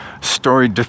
story